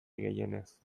gehienez